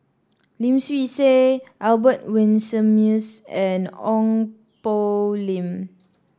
Lim Swee Say Albert Winsemius and Ong Poh Lim